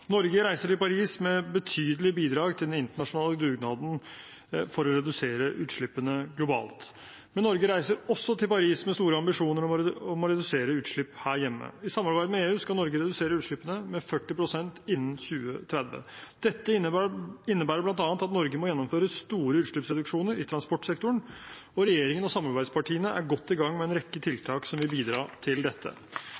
Norge reiser til Paris med betydelige bidrag til den internasjonale dugnaden for å redusere utslippene globalt, men Norge reiser også til Paris med store ambisjoner om å redusere utslipp her hjemme. I samarbeid med EU skal Norge redusere utslippene med 40 pst. innen 2030. Dette innebærer bl.a. at Norge må gjennomføre store utslippsreduksjoner i transportsektoren, og regjeringen og samarbeidspartiene er godt i gang med en rekke tiltak som vil bidra til dette.